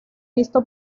visto